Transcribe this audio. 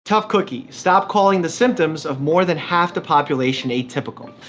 tough cookie stop calling the symptoms of more than half the population atypical.